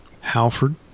Halford